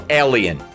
alien